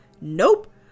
nope